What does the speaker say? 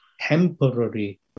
temporary